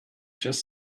just